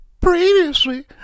Previously